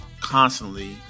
Constantly